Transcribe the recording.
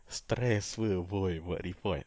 stress [pe] boy buat report